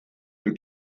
nur